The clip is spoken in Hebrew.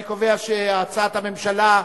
אני קובע שהצעת הממשלה,